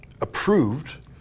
approved